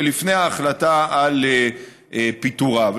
ולפני ההחלטה על פיטוריו.